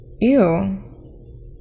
Ew